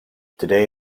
today